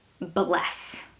bless